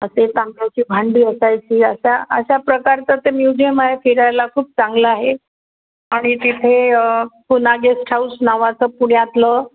असे तांब्याची भांडी असायची अशा अशा प्रकारचं ते म्युझियम आहे फिरायला खूप चांगलं आहे आणि तिथे पुना गेस्ट हाऊस नावाचं पुण्यातलं